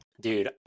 dude